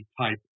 type